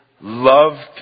loved